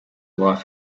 life